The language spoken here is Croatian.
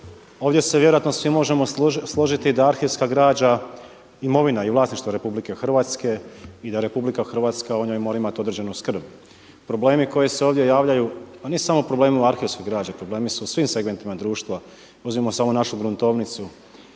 Ovdje se vjerojatno svi možemo složiti da arhivska građa, imovina i vlasništvo RH i da RH o njoj mora imati određenu skrb. Problemi koji se ovdje javljaju, pa ne samo problemi u arhivskoj građi, problemi su u svim segmentima društva, uzmimo samo našu gruntovnicu,